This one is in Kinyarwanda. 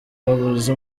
babuze